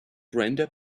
brenda